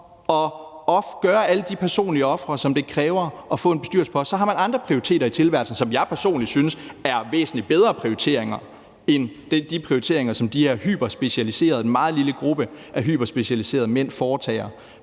bringe alle de personlige ofre, som det kræver at få en bestyrelsespost. Så har man andre prioriteringer i tilværelsen, som jeg personlig synes er væsentlig bedre prioriteringer end de prioriteringer, som den her meget lille gruppe af hyperspecialiserede mænd foretager.